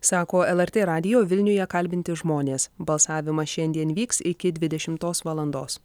sako lrt radijo vilniuje kalbinti žmonės balsavimas šiandien vyks iki dvidešimtos valandos